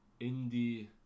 indie